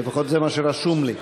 לפחות זה מה שרשום לי,